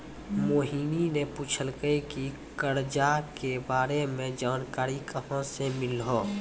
मोहिनी ने पूछलकै की करजा के बारे मे जानकारी कहाँ से मिल्हौं